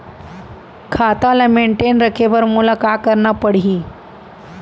खाता ल मेनटेन रखे बर मोला का करना पड़ही?